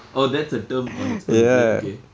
oh that's a term on its own is it ok